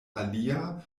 alia